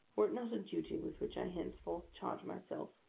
were it not a duty with which i henceforth charge myself,